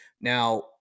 Now